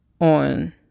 on